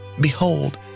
Behold